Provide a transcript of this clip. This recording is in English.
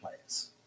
players